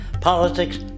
Politics